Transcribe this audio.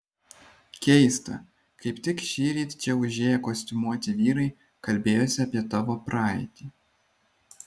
keista kaip tik šįryt čia užėję kostiumuoti vyrai kalbėjosi apie tavo praeitį